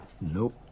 Nope